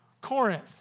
Corinth